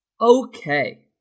Okay